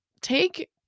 take